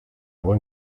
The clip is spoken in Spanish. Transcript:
buen